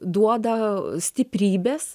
duoda stiprybės